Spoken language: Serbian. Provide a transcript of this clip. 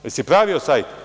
Jel si pravio sajt?